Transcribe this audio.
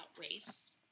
race